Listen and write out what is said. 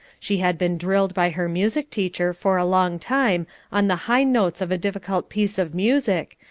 she had been drilled by her music-teacher for a long time on the high notes of a difficult piece of music,